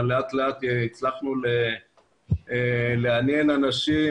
אבל לאט לאט הצלחנו לעניין אנשים,